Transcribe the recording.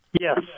Yes